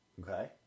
okay